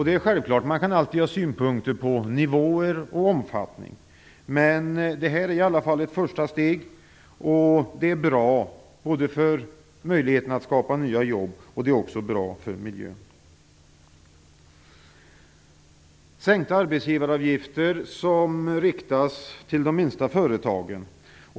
Det är självklart att man alltid kan ha synpunkter på nivåer och omfattning, men detta är i alla fall ett första steg. Det är bra både för möjligheten att skapa nya jobb och för miljön. Sänkta arbetsgivaravgifter riktas till de minsta företagen.